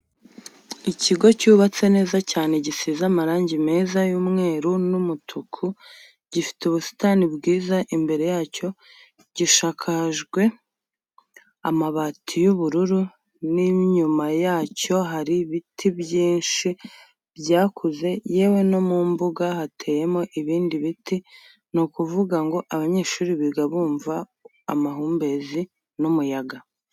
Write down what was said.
Ikigo cyubatse neza cyane gisize amarangi meza y,umweru n,umutuku gifite ubusitani bwiza imbere yacyo gishakajwe amabati y,ubururu ninyuma yacyo hari biti byinshi byakuze yewe nomumbuga hateyemo ibindi biti nukuvuga ngo abanyeshuri biga bumva amahumbezi numuyaga.